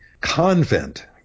convent